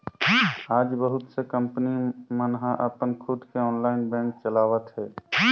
आज बहुत से कंपनी मन ह अपन खुद के ऑनलाईन बेंक चलावत हे